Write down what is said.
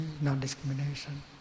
non-discrimination